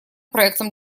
проектом